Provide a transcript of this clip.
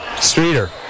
Streeter